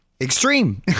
extreme